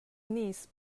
knees